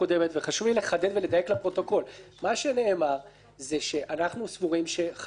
וחשוב לי לחדד ולדייק לפרוטוקול מה שנאמר זה שאנחנו סבורים שחשוב,